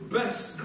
best